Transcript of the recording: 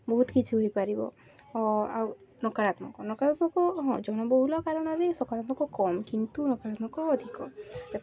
ବହୁତ କିଛି ହୋଇପାରିବ ଆଉ ନକାରାତ୍ମକ ନକାରାତ୍ମକ ହଁ ଜନବହୁଳ କାରଣରେ ସକାରତ୍ମକ କମ୍ କିନ୍ତୁ ନକାରାତ୍ମକ ଅଧିକ